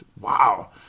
wow